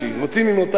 רוצים עם אותה אשה.